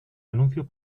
anuncios